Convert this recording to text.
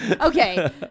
okay